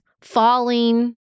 falling